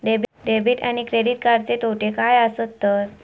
Debit आणि credit कार्डचे तोटे काय आसत तर?